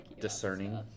discerning